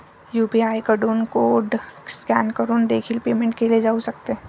UPI कडून code scan करून देखील पेमेंट केले जाऊ शकते